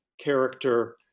character